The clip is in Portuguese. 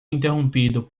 interrompido